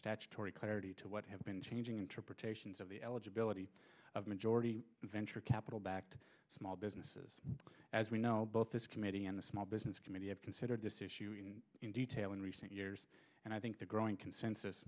statutory clarity to what have been changing interpretations of the eligibility of majority venture capital back to small businesses as we know both this committee and the small business committee have considered this issue in detail in recent years and i think the growing consensus